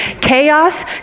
chaos